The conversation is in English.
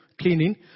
cleaning